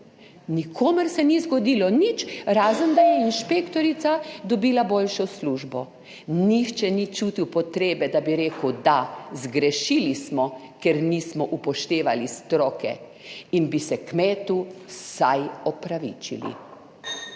Nikomur se ni zgodilo nič, razen da je inšpektorica dobila boljšo službo. Nihče ni čutil potrebe, da bi rekel, da, zgrešili smo, ker nismo upoštevali stroke in bi se kmetu vsaj opravičili.